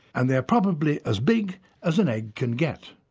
and they're probably as big as an egg can get,